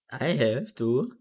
I have to